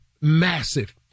massive